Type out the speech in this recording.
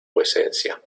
vuecencia